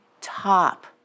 top